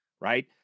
right